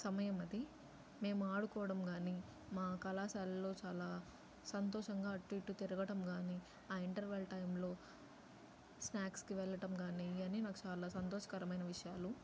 సమయం అది మేము ఆడుకోవడం కానీ మా కళాశాలలో చాలా సంతోషంగా అటు ఇటు తిరగటం కానీ ఆ ఇంటర్వెల్ టైంలో స్నాక్స్కి వెళ్ళటం కానీ ఇవన్నీ నాకు చాలా సంతోషకరమైన విషయాలు